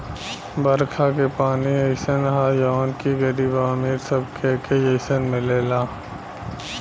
बरखा के पानी अइसन ह जवन की गरीब आ अमीर सबके एके जईसन मिलेला